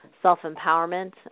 self-empowerment